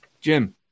Jim